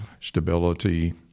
stability